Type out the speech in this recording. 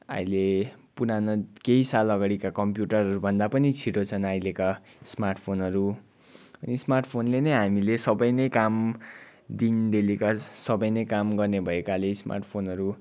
अहिले पुराना केही साल अघाडिका कम्प्युटरहरूभन्दा पनि छिट्टो छन् अहिलेका स्मार्ट फोनहरू स्मार्ट फोनले नै हामीले सबै नै काम दिन डेलीका सबै नै काम गर्ने भएकाले स्मार्ट फोनहरू